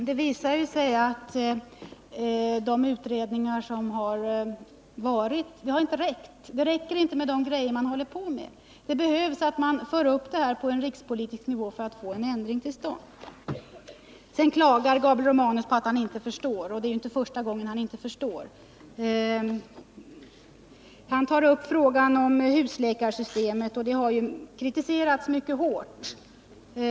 Herr talman! Det har ju visat sig att de utredningar som har gjorts inte har räckt till. Det räcker inte med det som man håller på med, utan det krävs att man för upp det här arbetet på rikspolitisk nivå för att få en ändring till stånd. Sedan klagar Gabriel Romanus över att han inte förstår. Det är inte första gången han inte förstår. Han tar upp frågan om husläkarsystemet. Det systemet har kritiserats mycket hårt.